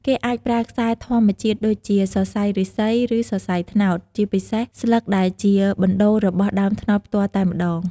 គេអាចប្រើខ្សែធម្មជាតិដូចជា សរសៃឫស្សី ឬសរសៃត្នោត ជាពិសេសស្លឹកដែលជាបណ្តូររបស់ដើមត្នោតផ្ទាល់តែម្តង។